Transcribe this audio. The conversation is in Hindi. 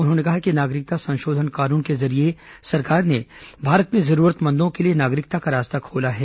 उन्होंने कहा कि नागरिकता संशोधन कानून के जरिये सरकार ने भारत में जरूरतमंदों के लिए नागरिकता का रास्ता खोला है